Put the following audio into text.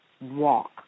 walk